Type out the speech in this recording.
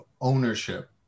ownership